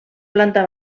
planta